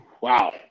Wow